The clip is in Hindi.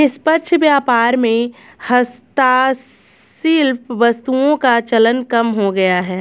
निष्पक्ष व्यापार में हस्तशिल्प वस्तुओं का चलन कम हो गया है